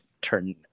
turn